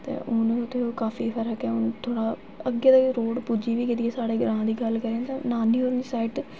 ते हून उ'त्थें काफी फर्क ते हून थोह्ड़ा अग्गें तोड़ी दी रोड उप्पर पुज्जी बी गेदी ऐ साढ़े ग्रांऽ दी गल्ल करें ते नानी होंदी साइड ते